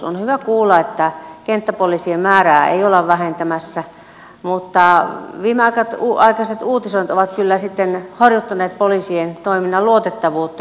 on hyvä kuulla että kenttäpoliisien määrää ei olla vähentämässä mutta viimeaikaiset uutisoinnit ovat kyllä sitten horjuttaneet poliisien toiminnan luotettavuutta